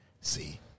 See